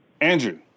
Andrew